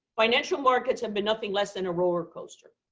financial markets have been nothing less than a roller coaster.